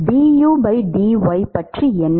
du dy பற்றி என்ன